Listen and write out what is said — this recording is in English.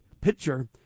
picture